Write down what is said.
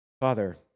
Father